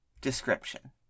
description